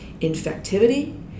infectivity